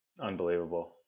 Unbelievable